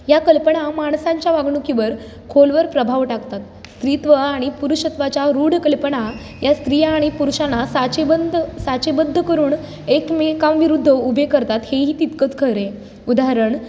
या कल्पना माणसांच्या वागणुकीवर खोलवर प्रभाव टाकतात स्त्रीत्व आणि पुरुषत्वाच्या रूढ कल्पना या स्त्रिया आणि पुरुषांना साचेबंद साचेबद्ध करून एकमेकांविरुद्ध उभे करतात हेही तितकंच खरए उदाहरण